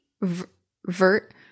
vert